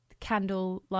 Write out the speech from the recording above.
candlelight